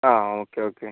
ആ okay okay